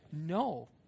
No